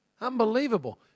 Unbelievable